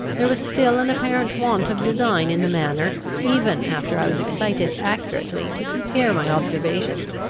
there was still an apparent want of design in the manner, even after i was excited accurately to compare my observations,